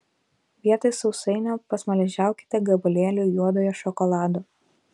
vietoj sausainio pasmaližiaukite gabalėliu juodojo šokolado